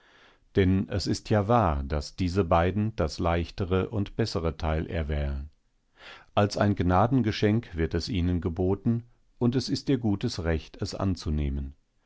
denn es ist ja wahr daß diese beiden das leichtere und bessere teil erwählen als ein gnadengeschenk wird es ihnen geboten und es ist ihr gutes recht es anzunehmen